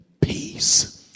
peace